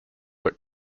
that